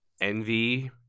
envy